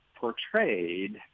portrayed